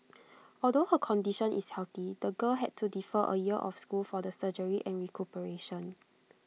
although her condition is healthy the girl had to defer A year of school for the surgery and recuperation